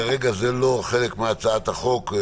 כרגע זה לא חלק מהצעת החוק.